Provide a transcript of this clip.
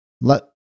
let